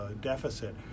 deficit